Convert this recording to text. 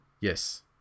Yes